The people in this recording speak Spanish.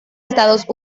estados